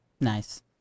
Nice